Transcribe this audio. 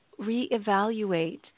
reevaluate